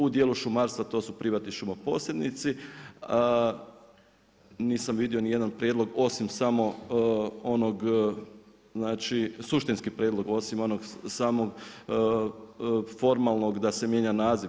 U dijelu šumarstva to su privatni šumo posrednici, nisam vidio ni jedan prijedlog osim samo onog, suštinski prijedlog osim onog samog formalnog da se mijenja naziv.